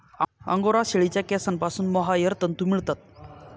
angora शेळीच्या केसांपासून mohair तंतू मिळतात